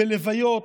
בלוויות,